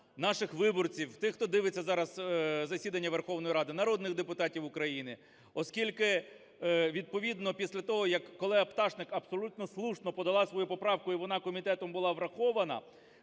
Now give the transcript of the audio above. наших виборців, тих, хто дивиться зараз засідання Верховної Ради, народних депутатів України. Оскільки відповідно після того, як колега Пташник абсолютно слушно подала свою поправку і вона комітетом була врахована,